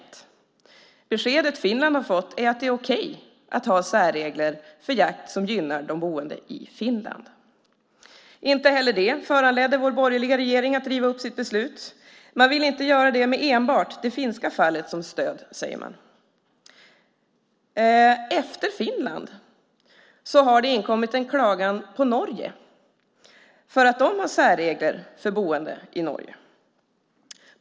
Det besked Finland har fått är att det är okej att ha särregler för jakt som gynnar de boende i Finland. Inte heller detta föranledde vår borgerliga regering att riva upp sitt beslut. Man ville inte göra det med enbart det finska fallet som stöd, säger man. Efter Finland har det inkommit en klagan på Norge för att de har särregler för boende i Norge.